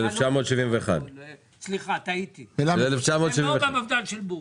של 1971. סליחה, טעיתי, הם לא במפד"ל של בורג.